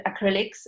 acrylics